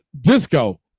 disco